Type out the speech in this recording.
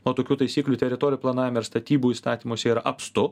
o tokių taisyklių teritorijų planavime ir statybų įstatymuose yra apstu